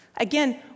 Again